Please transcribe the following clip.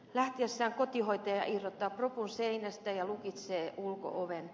lähtiessään kotihoitaja irrottaa propun seinästä ja lukitsee ulko oven